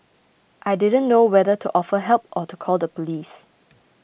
I didn't know whether to offer help or to call the police